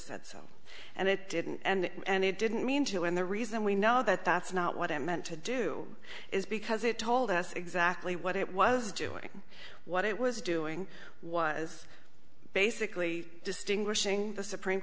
said so and it didn't and it didn't mean to and the reason we know that that's not what i meant to do is because it told us exactly what it was doing what it was doing was basically distinguishing the supreme